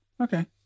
Okay